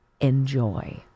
Enjoy